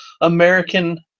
American